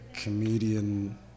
comedian